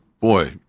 boy